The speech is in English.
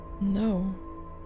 No